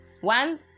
One